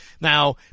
Now